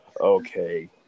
okay